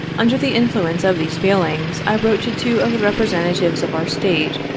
under the influence of these feelings, i wrote to two of the representatives of our state,